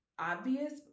obvious